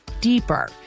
deeper